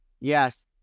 Yes